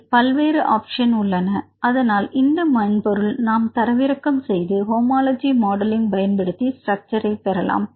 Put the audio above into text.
இதில் பல்வேறு ஆப்ஷன் உள்ளன அதனால் இந்த மென்பொருள் நாம் தரவிறக்கம் செய்து ஹோமோலஜி மாடலிங் பயன்படுத்தி ஸ்ட்ரக்சர்ஐ பெறலாம்